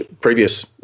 previous